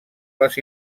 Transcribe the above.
les